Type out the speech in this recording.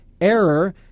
error